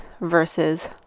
versus